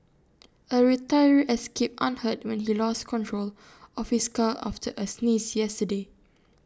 A retiree escaped unhurt when he lost control of his car after A sneeze yesterday